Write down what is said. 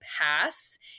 pass